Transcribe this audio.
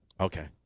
Okay